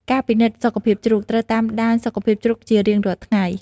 ការពិនិត្យសុខភាពជ្រូក ត្រូវតាមដានសុខភាពជ្រូកជារៀងរាល់ថ្ងៃ។